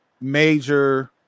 major